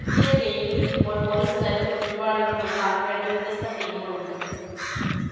പുതിയ ഗെയിമിൽ ഇപ്പോൾ പോലീസുകാരും കുറ്റവാളികളുമുള്ള രണ്ടു വ്യത്യസ്ത ടീമുകളുണ്ട്